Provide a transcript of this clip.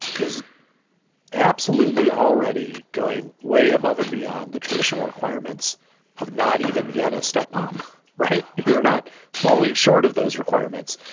is absolutely already going way above and beyond the traditional requirements have not even yet a step um right here, not falling short of those requirements.